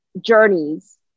journeys